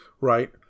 right